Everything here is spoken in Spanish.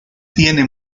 tiene